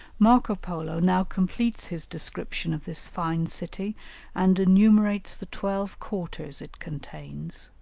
marco polo now completes his description of this fine city and enumerates the twelve quarters it contains,